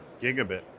gigabit